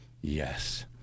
Yes